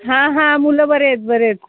हां हां मुलं बरे आहेत बरे आहेत